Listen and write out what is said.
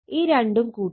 ഈ രണ്ടും കൂട്ടും